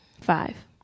Five